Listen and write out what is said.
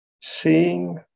seeing